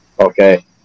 okay